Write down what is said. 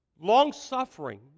long-suffering